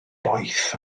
boeth